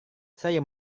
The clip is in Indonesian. saya